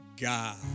God